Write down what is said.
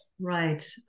Right